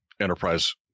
enterprise